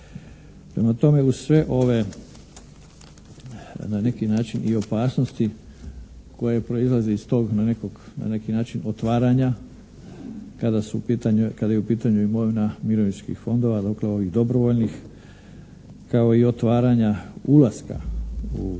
Prema tome, uz sve ove na neki način i opasnosti koje proizlaze iz tog na neki način otvaranja kada su u pitanju, kada je u pitanju imovina mirovinskih fondova dokle ovih dobrovoljnih kao i otvaranja ulaska u registar